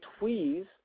Tweez